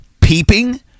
peeping